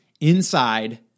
inside